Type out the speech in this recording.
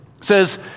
says